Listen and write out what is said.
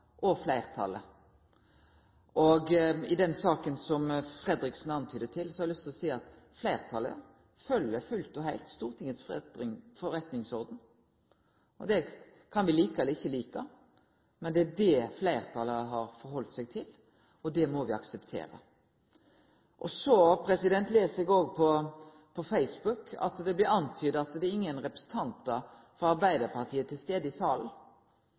for fleirtalet. Når det gjeld den saka som Fredriksen viste til, har eg lyst til å seie at fleirtalet følgjer fullt og heilt Stortingets forretningsorden. Det kan me like eller ikkje like, men det er det fleirtalet har halde seg til, og det må me akseptere. Så les eg òg på Facebook at det er blitt antyda at det er ingen representantar frå Arbeidarpartiet til stades i salen.